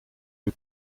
doe